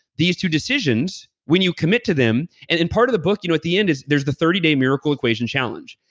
these two decisions when you commit to them. and and part of the book, you know at the end there's the thirty day miracle equation challenge.